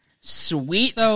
sweet